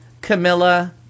Camilla